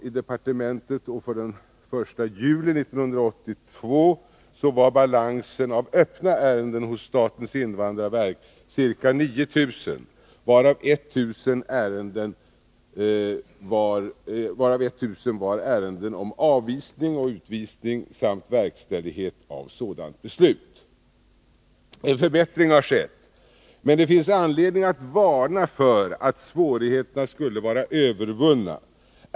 Per den 1 juli 1982 var balansen av öppna ärenden hos SIV ca 9 000, varav 1 000 var ärenden om avvisning och utvisning samt verkställighet av sådana beslut. En förbättring har skett, men det finns anledning att varna för att tro att svårigheterna skulle vara övervunna.